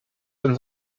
denn